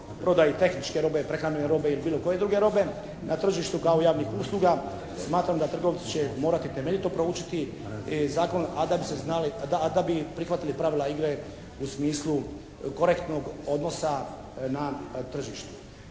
prodaji tehničke robe, prehrambene robe ili bilo koje druge robe na tržištu kao javnih usluga. Smatram da trgovci će morati temeljito proučiti zakon, a da bi prihvatili pravila igre u smislu korektnog odnosa na tržištu.